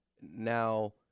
Now